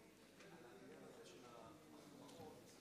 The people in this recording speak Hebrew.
בבקשה, אדוני, חמש דקות.